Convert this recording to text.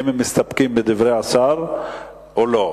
האם הם מסתפקים בדברי השר או לא.